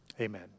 Amen